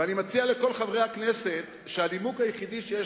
ואני מציע לכל חברי הכנסת שהנימוק היחיד שיש